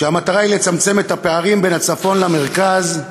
המטרה היא לצמצם את הפערים בין הצפון למרכז,